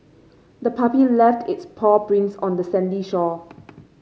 the puppy left its paw prints on the sandy shore